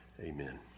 Amen